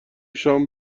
شام